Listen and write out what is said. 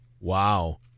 Wow